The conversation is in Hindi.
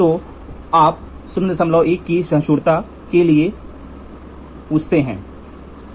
तो आप 01 की सहिष्णुता के लिए पूछ रहे हैं